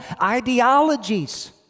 ideologies